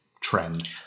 trend